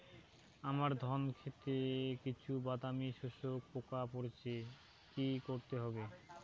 আমার ধন খেতে কিছু বাদামী শোষক পোকা পড়েছে কি করতে হবে?